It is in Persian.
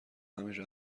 همین